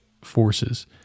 forces